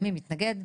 מי מתנגד?